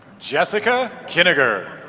jessica kinninger.